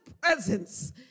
presence